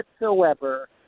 whatsoever